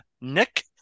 Nick